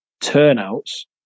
turnouts